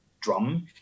drum